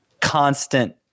constant